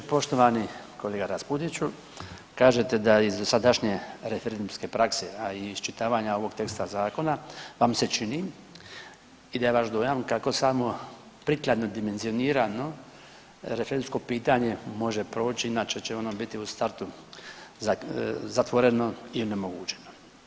Poštovani kolega Raspudiću, kažete da iz sadašnje referendumske prakse a i iz iščitavanja ovog teksta zakona, pa mi se čini i da je vaš dojam kako samo prikladno dimenzioniramo referendumsko pitanje može proći, inače će ono biti u startu zatvoreno i onemogućeno.